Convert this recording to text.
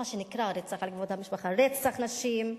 מה שנקרא "רצח על כבוד המשפחה", רצח נשים,